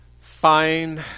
Fine